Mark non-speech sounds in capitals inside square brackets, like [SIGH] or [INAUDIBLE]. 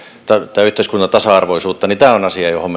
tai yhteiskunnan tasa arvoisuutta niin tämä on asia johon [UNINTELLIGIBLE]